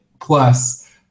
Plus